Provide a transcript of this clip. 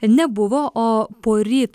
nebuvo o poryt